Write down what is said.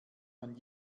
man